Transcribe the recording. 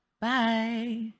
Bye